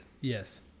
Yes